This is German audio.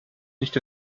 nicht